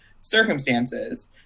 circumstances